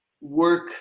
work